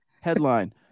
headline